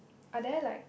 are there like